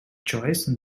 choice